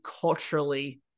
culturally